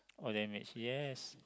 or damaged yes